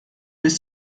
bis